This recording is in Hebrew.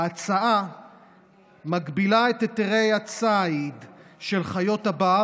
ההצעה מגבילה את היתרי הציד של חיות הבר